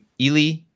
Eli